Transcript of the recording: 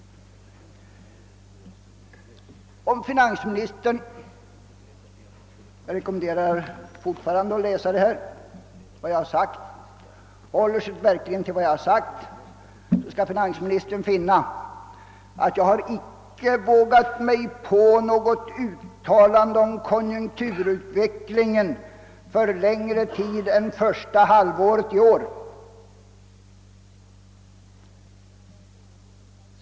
Om finansministern — jag rekommenderar honom fortfarande att läsa referatet av vad jag sagt — håller sig till vad jag verkligen sagt skall finansministern finna att jag inte vågat mig på något uttalande om konjunkturutvecklingen för längre tidsperiod än första halvåret i år.